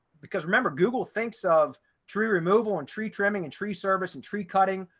because remember, google thinks of tree removal and tree trimming and tree service and tree cutting,